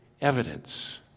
evidence